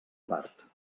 part